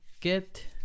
get